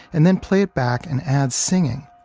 and then play it back and add singing,